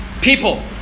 people